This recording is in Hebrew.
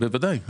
ודאי.